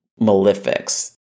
malefics